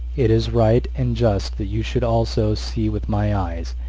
it is right and just that you should also see with my eyes,